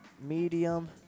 Medium